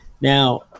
Now